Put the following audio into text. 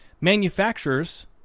manufacturers